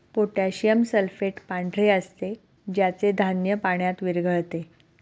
potassium sulphate पांढरे असते ज्याचे धान्य पाण्यात विरघळते